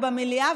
ובמליאה,